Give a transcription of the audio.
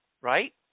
right